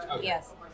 Yes